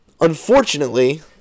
Unfortunately